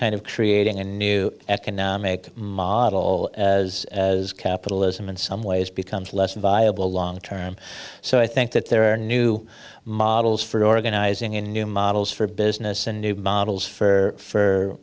kind of creating a new economic model as as capitalism in some ways becomes less viable long term so i think that there are new models for organizing in new models for business and new models for